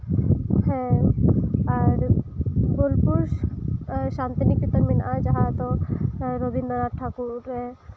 ᱦᱮᱸ ᱟᱨ ᱵᱳᱞᱯᱩᱨ ᱥᱟᱱᱛᱤᱱᱤᱠᱮᱛᱚᱱ ᱢᱮᱱᱟᱜᱼᱟ ᱡᱟᱦᱟᱸ ᱫᱚ ᱨᱚᱵᱤᱱᱫᱨᱚᱱᱟᱛᱷ ᱴᱷᱟᱠᱩᱨᱮ